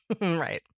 Right